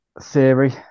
Theory